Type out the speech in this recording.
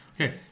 Okay